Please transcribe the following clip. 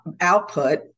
output